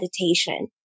meditation